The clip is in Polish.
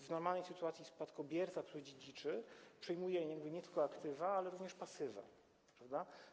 W normalnej sytuacji spadkobierca, który dziedziczy, przyjmuje nie tylko aktywa, ale również pasywa, prawda?